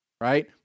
right